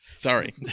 Sorry